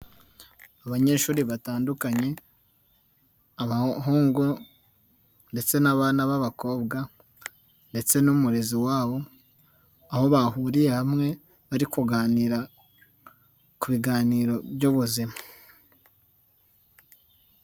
Abanyeshuri batandukanye, abahungu ndetse n'abakobwa, ndetse n'umurezi wabo aho bahuriye hamwe, bari kuganira ku biganiro by'ubuzima.